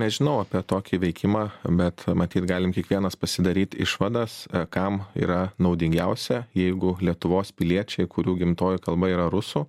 nežinau apie tokį veikimą bet matyt galim kiekvienas pasidaryt išvadas kam yra naudingiausia jeigu lietuvos piliečiai kurių gimtoji kalba yra rusų